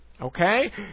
Okay